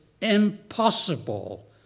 impossible